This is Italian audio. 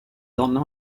donna